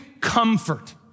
comfort